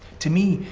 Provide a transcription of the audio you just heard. to me,